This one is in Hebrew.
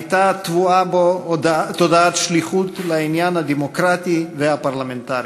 הייתה טבועה בו תודעת שליחות לעניין הדמוקרטי והפרלמנטרי.